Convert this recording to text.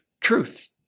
truth